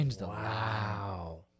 Wow